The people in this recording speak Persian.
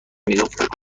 میگفت